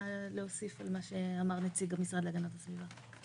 להוסיף על מה שאמר נציג המשרד להגנת הסביבה.